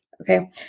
Okay